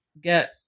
get